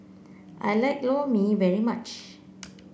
I like Lor Mee very much